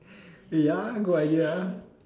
ya good idea ah